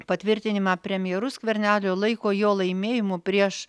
patvirtinimą premjeru skvernelio laiko jo laimėjimu prieš